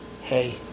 Hey